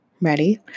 Ready